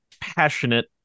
passionate